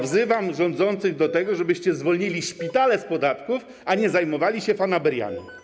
Wzywam rządzących do tego, żebyście zwolnili szpitale z podatków, a nie zajmowali się fanaberiami.